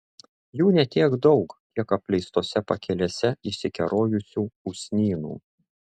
jų ne tiek daug kiek apleistose pakelėse išsikerojusių usnynų